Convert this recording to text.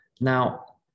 Now